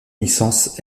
licence